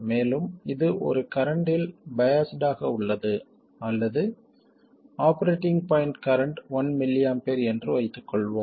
மேலும் இது ஒரு கரண்ட்டில் பையாஸ்ட் ஆக உள்ளது அல்லது ஆபரேட்டிங் பாய்ண்ட் கரண்ட் 1mA என்று வைத்துக்கொள்வோம்